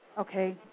Okay